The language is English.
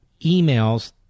emails